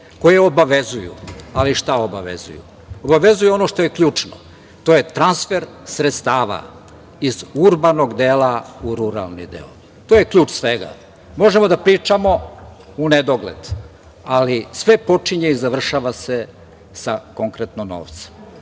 koje obavezuju, ali šta obavezuju? Obavezuju ono što je ključno. To je transfer sredstava iz urbanog dela u ruralni deo. To je ključ svega. Možemo da pričamo u nedogled, ali sve počinje i završava se sa novcem. Prema